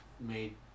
made